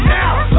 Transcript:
now